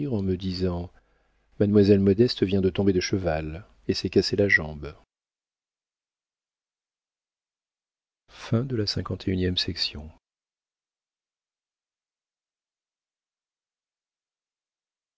en me disant mademoiselle modeste vient de tomber de cheval et s'est cassé la jambe